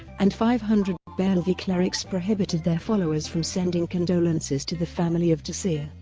and five hundred barelvi clerics prohibited their followers from sending condolences to the family of taseer.